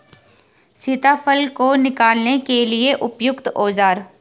सीताफल को निकालने के लिए उपयुक्त औज़ार?